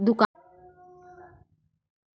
दुकान खोले बर लोन मा के दिन मा मिल जाही?